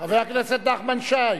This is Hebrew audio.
חבר הכנסת נחמן שי,